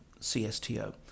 CSTO